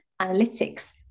analytics